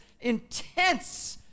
intense